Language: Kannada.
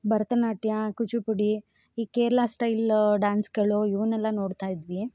ಭರತ ನಾಟ್ಯ ಕೂಚಿಪುಡಿ ಈ ಕೇರ್ಳ ಸ್ಟೈಲ್ ಡಾನ್ಸ್ಗಳು ಇವುನ್ನೆಲ್ಲ ನೋಡ್ತಾಯಿದ್ವಿ